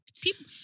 People